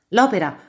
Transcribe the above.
L'opera